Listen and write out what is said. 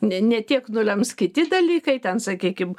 ne ne tiek nulems kiti dalykai ten sakykim